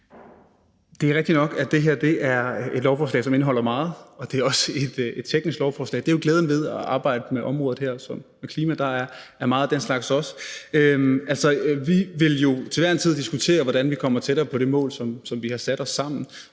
Det er rigtigt nok, at det her er et lovforslag, som indeholder meget, og at det er et teknisk lovforslag, men glæden ved at arbejde med et område som klima er, at der også er meget af den slags. Vi vil jo til enhver tid diskutere, hvordan vi kommer tættere på det mål, som vi sammen